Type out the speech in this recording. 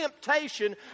temptation